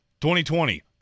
2020